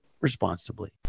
responsibly